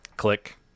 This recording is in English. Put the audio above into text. Click